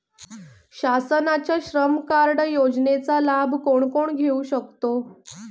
शासनाच्या श्रम कार्ड योजनेचा लाभ कोण कोण घेऊ शकतो?